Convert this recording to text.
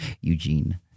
Eugene